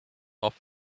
off